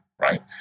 right